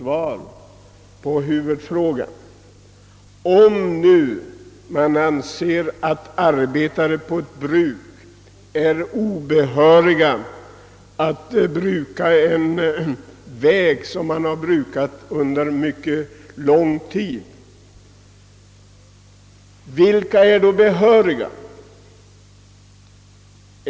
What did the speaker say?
Om det nu anses att arbetare på ett bruk är obehöriga att nyttja en väg som begagnats under mycket lång tid, vilka är då behöriga?